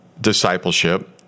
discipleship